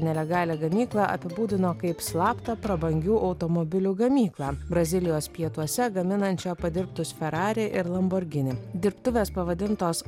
nelegalią gamyklą apibūdino kaip slaptą prabangių automobilių gamyklą brazilijos pietuose gaminančią padirbtus ferrari ir lamborghini dirbtuvės pavadintos